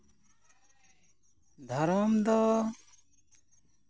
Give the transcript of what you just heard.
ᱫᱷᱚᱨᱚᱢ ᱫᱚ